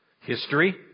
History